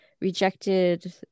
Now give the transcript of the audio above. rejected